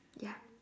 ya